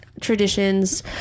traditions